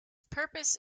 purpose